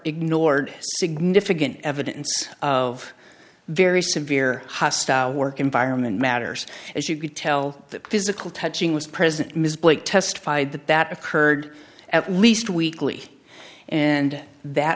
ignored significant evidence of very severe hostile work environment matters as you could tell that physical touching was present mrs blake testified that that occurred at least weekly and that